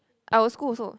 our school also